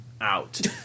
out